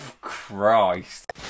Christ